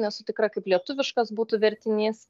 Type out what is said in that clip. nesu tikra kaip lietuviškas būtų vertinys